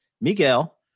Miguel